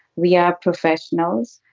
we are professionals.